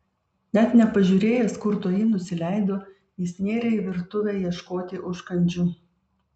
net nepažiūrėjęs kur toji nusileido jis nėrė į virtuvę ieškoti užkandžių